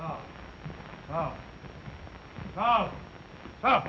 oh oh oh oh